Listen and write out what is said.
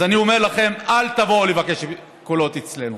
אז אני אומר לכם, אל תבואו לבקש קולות אצלנו.